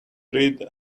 read